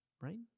right